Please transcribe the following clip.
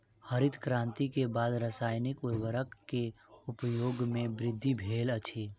हरित क्रांति के बाद रासायनिक उर्वरक के उपयोग में वृद्धि भेल अछि